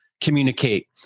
communicate